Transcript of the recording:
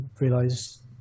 realize